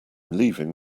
leaving